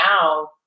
now